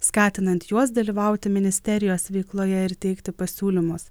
skatinant juos dalyvauti ministerijos veikloje ir teikti pasiūlymus